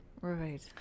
Right